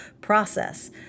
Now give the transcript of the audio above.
process